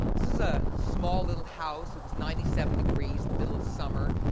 this was a small little house. it was ninety seven degrees in the middle of summer.